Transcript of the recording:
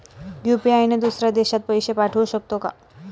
UPI ने दुसऱ्या देशात पैसे पाठवू शकतो का?